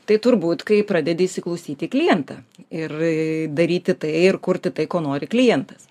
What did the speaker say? tai turbūt kai pradedi įsiklausyti į klientą ir daryti tai ir kurti tai ko nori klientas